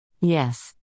Yes